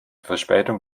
verspätung